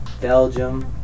Belgium